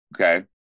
Okay